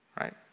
Right